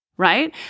right